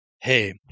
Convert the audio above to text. hey